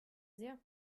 sehr